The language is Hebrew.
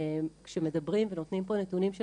כשנותנים פה נתונים,